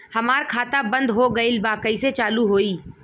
हमार खाता बंद हो गईल बा कैसे चालू होई?